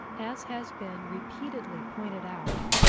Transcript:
as has been repeatedly pointed out,